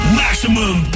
maximum